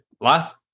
last